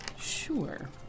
Sure